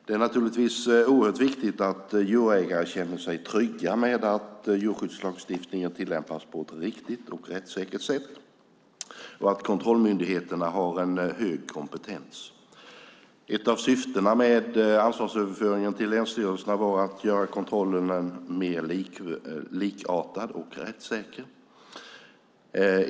Det är naturligtvis oerhört viktigt att djurägare känner sig trygga med att djurskyddslagstiftningen tillämpas på ett riktigt och rättssäkert sätt och att kontrollmyndigheterna har hög kompetens. Ett av syftena med ansvarsöverföringen till länsstyrelserna var att göra kontrollen mer likartad och rättssäker.